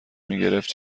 میگرفت